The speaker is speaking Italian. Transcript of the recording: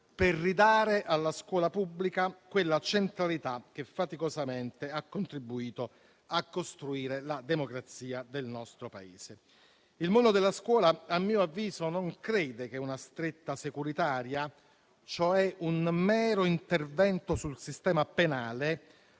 per ridare alla scuola pubblica quella centralità che faticosamente ha contribuito a costruire la democrazia del nostro Paese. Il mondo della scuola - a mio avviso - non crede che una stretta securitaria, cioè un mero intervento sul sistema penale,